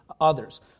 others